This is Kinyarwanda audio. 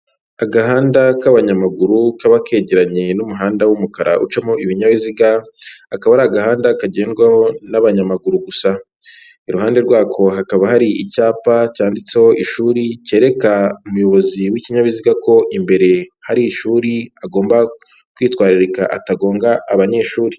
Agahanda k'abanyamaguru kaba kegeranye n'umuhanda w'umukara ucamo ibinyabiziga, akaba ari agahanda kagendwaho n'abanyamaguru gusa. Iruhande rwako hakaba hari icyapa cyanditseho ishuri, kereka umuyobozi w'ikinyabiziga ko imbere hari ishuri, agomba kwitwararika atagonga abanyeshuri.